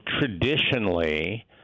traditionally